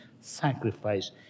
sacrifice